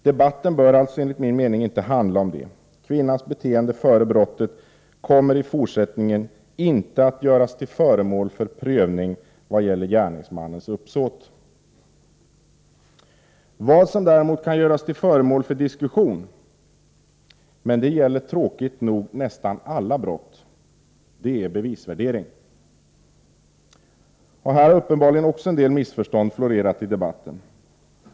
Debatten bör alltså enligt min mening inte handla om det. Kvinnans beteende före brottet kommer i fortsättningen inte att göras till föremål för prövning vad gäller gärningsmannens uppsåt. Vad som däremot kan göras till föremål för diskussion, men det gäller tråkigt nog nästan alla brott, är bevisvärderingen. Här har uppenbarligen också en del missförstånd florerat i debatten.